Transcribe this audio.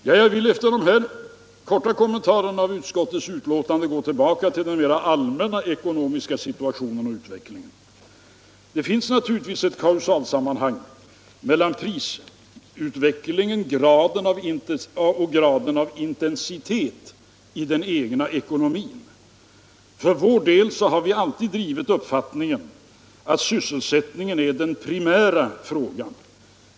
Jag vill efter den här korta kommentaren av utskottets betänkande gå tillbaka till den mera allmänna ekonomiska situationen och utvecklingen. Det finns naturligtvis ett kausalsammanhang mellan prisutvecklingen och graden av intensitet i den egna ekonomin. För vår del har vi alltid drivit uppfattningen att sysselsättningen är den primära frågan.